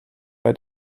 bei